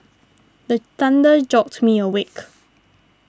the thunder jolt me awake